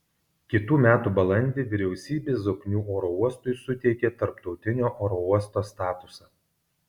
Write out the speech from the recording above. kitų metų balandį vyriausybė zoknių oro uostui suteikė tarptautinio oro uosto statusą